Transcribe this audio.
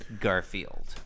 Garfield